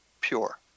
pure